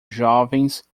jovens